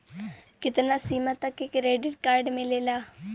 कितना सीमा तक के क्रेडिट कार्ड मिलेला?